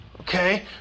okay